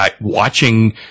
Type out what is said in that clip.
watching